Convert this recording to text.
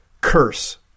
curse